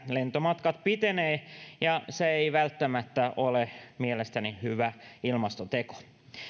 lentomatkat pitenevät ja se ei välttämättä ole mielestäni hyvä ilmastoteko